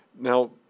Now